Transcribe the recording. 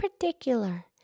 particular